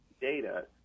data